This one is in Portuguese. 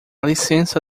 licença